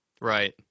right